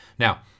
Now